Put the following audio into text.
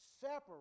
separate